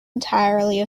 entirely